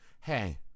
Hey